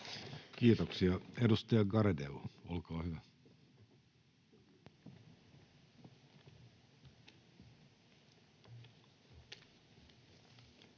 Kiitoksia. — Edustaja Garedew, olkaa hyvä.